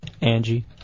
Angie